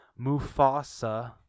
Mufasa